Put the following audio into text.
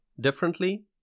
differently